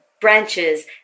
branches